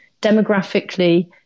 demographically